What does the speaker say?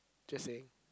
just saying